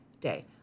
day